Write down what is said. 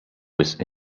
wisq